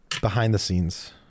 behind-the-scenes